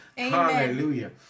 Hallelujah